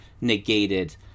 negated